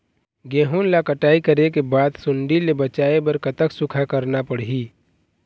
गेहूं ला कटाई करे बाद सुण्डी ले बचाए बर कतक सूखा रखना पड़ही?